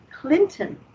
Clinton